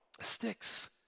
sticks